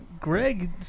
Greg